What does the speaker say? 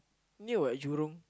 near what Jurong